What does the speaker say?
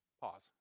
pause